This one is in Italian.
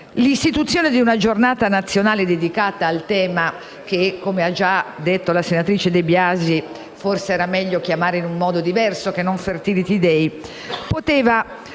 L'istituzione di una giornata nazionale dedicata al tema che, come ha già detto la senatrice De Biasi, forse era meglio chiamare in modo diverso da Fertility day, poteva